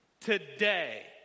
Today